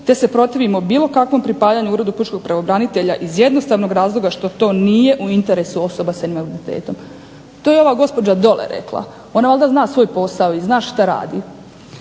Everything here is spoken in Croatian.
te se protivimo bilo kakvom pripajanju Uredu pučkog pravobranitelja iz jednostavnog razloga što to nije u interesu osoba s invaliditetom." To je ova gospođa dole rekla, ona valjda zna svoj posao i zna šta radi.